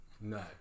No